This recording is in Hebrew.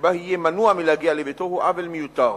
שבה יהיה מנוע מלהגיע לביתו, הוא עוול מיותר.